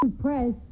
press